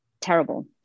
terrible